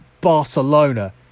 Barcelona